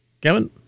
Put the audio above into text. Kevin